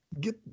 get